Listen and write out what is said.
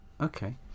Okay